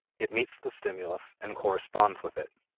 it meets the stimulus, and corresponds with it.